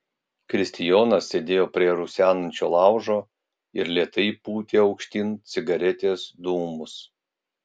kristijonas sėdėjo prie rusenančio laužo ir lėtai pūtė aukštyn cigaretės dūmus